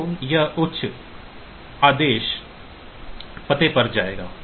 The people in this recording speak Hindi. तो यह उच्च आदेश पते पर जाएगा